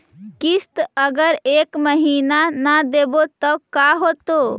किस्त अगर एक महीना न देबै त का होतै?